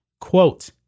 Quote